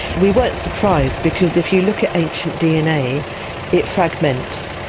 we weren't surprised because if you look at ancient dna it fragments,